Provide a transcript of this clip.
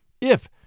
if